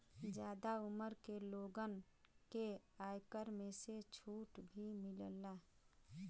जादा उमर के लोगन के आयकर में से छुट भी मिलला